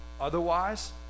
Otherwise